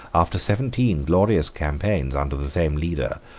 after seventeen glorious campaigns under the same leader,